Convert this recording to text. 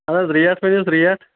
اہن حظ ریٹ ؤنوُس ریٹ